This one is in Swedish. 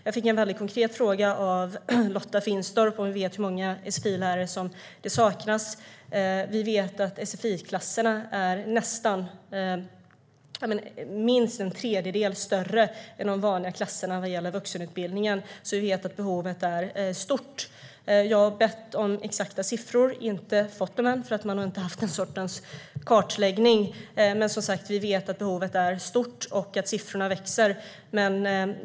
Jag fick en konkret fråga av Lotta Finstorp: Vet vi hur många sfi-lärare som saknas? Vi vet att sfi-klasserna är minst en tredjedel större än de vanliga klasserna vad gäller vuxenutbildningen, så vi vet att behovet är stort. Jag har bett om exakta siffror, men jag har inte fått dem än. Man har inte haft den sortens kartläggning. Men vi vet som sagt att behovet är stort och att siffrorna växer.